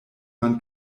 man